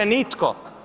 Nitko!